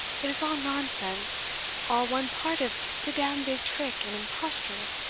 it is all nonsense all one part of de damn big trick and imposture.